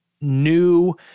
new